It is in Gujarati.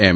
એમ